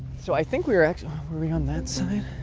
so i think we are actually are we on that side?